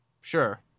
Sure